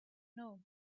know